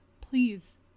please